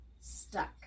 stuck